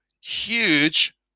huge